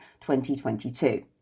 2022